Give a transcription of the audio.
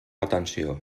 atenció